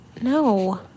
No